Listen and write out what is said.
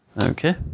Okay